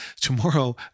Tomorrow